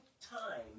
time